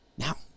Now